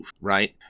right